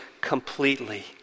completely